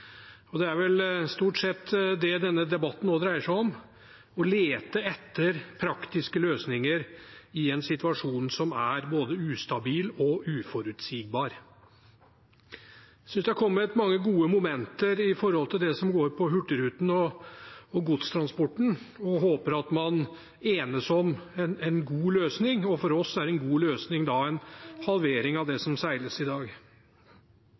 i en situasjon som er både ustabil og uforutsigbar. Jeg synes det har kommet mange gode momenter om det som går på Hurtigruten og godstransporten, og håper at man enes om en god løsning. For oss er en god løsning en halvering av det som seiles i dag.